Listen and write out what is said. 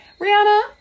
Rihanna